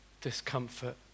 discomfort